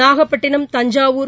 Nagapattinam Thanjavur